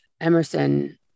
Emerson